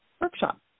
workshop